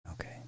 Okay